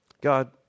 God